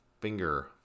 finger